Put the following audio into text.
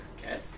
okay